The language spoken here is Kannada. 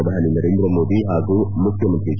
ಪ್ರಧಾನಿ ನರೇಂದ್ರಮೋದಿ ಹಾಗೂ ಮುಖ್ಚಮಂತ್ರಿ ಎಚ್